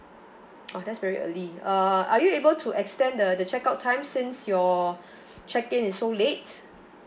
oh that's very early uh are you able to extend the the check out time since your check in is so late